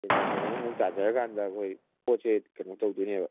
ten percent ꯑꯃꯃꯨꯛ ꯇꯥꯖꯔꯀꯥꯟꯗ ꯑꯩꯈꯣꯏ ꯄꯣꯠꯁꯦ ꯀꯩꯅꯣ ꯇꯧꯗꯣꯏꯅꯦꯕ